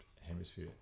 hemisphere